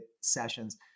sessions